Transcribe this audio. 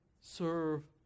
serve